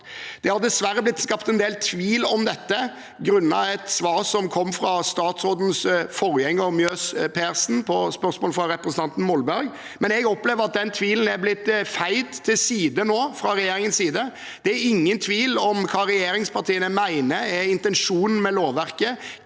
Det har dessverre blitt skapt en del tvil om dette grunnet et svar som kom fra statsrådens forgjenger, Mjøs Persen, på spørsmål fra representanten Molberg, men jeg opplever at den tvilen nå er blitt feid til side fra regjeringens side. Det er ingen tvil om hva regjeringspartiene mener er intensjonen med lovverket,